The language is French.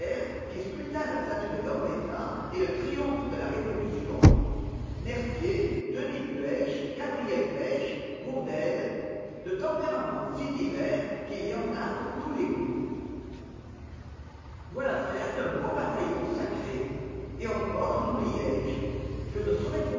qui sculpta la statue de gambetta et le triomphe de la révolution mercié denys puech gabriel pech bourdelle de tempéraments si divers qu'il y en a pour tous les goûts voilà certes un beau bataillon sacré et encore en oublié je je ne saurais